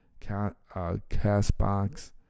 CastBox